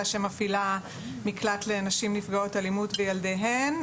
שמפעילה מקלט לנשים נפגעות אלימות וילדיהן,